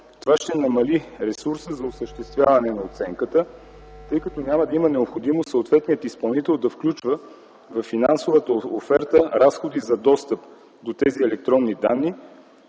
Това ще намали ресурса за осъществяване на оценката, тъй като няма да има необходимост съответният изпълнител да включва във финансовата оферта разходи за достъп до тези електронни данни,